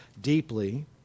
deeply